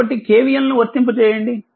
కాబట్టిKVL నువర్తింప చేయండి